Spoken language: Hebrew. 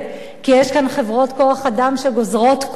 כי יש כאן חברות כוח-אדם שגוזרות קופונים